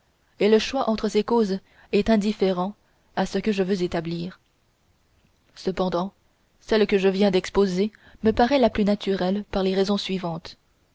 et le choix entre ces causes est indifférent à ce que je veux établir cependant celle que je viens d'exposer me paraît la plus naturelle par les raisons suivantes